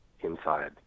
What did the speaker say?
inside